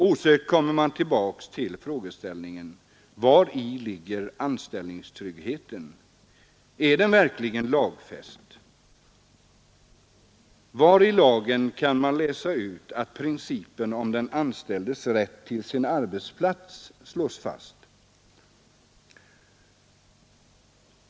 Osökt kommer man tillbaka till frågeställningen: Vari ligger anställningstryggheten? Är den verkligen lagfäst? Var i lagen kan man läsa ut att principen om den anställdes rätt till sin arbetsplats slås fast?